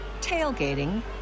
tailgating